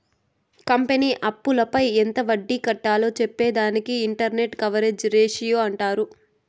company అప్పులపై ఎంత వడ్డీ కట్టాలో చెప్పే దానిని ఇంటరెస్ట్ కవరేజ్ రేషియో అంటారు